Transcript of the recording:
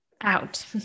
out